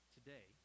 Today